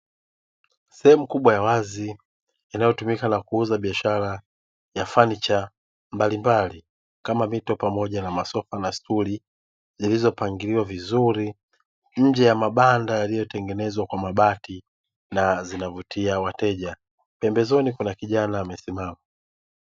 Sehemu kubwa ya wazi inayotumika na kuuza biashara ya fanicha mbalimbali, kama mito pamoja na masofa na stuli zilizopangiliwa vizuri, nje ya mabanda yaliyotengenezwa kwa mabati na zinavutia wateja pembezoni kuna kijana amesimama.